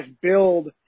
build